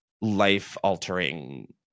life-altering